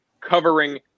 covering